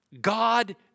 God